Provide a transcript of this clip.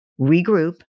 Regroup